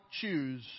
choose